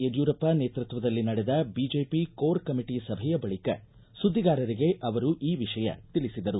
ಯಡ್ಕೂರಪ್ಪ ನೇತೃತ್ವದಲ್ಲಿ ನಡೆದ BJP core committee ಸಭೆಯ ಬಳಿಕ ಸುದ್ದಿಗಾರರಿಗೆ ಅವರು ಈ ವಿಷಯ ತಿಳಿಸಿದರು